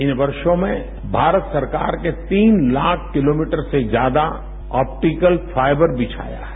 इन क्षों में भारत सरकार ने तीन लाख किलोमेटर से ज्यादा ऑपटिकल फाइबर बिछाया है